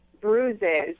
bruises